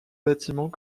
bâtiment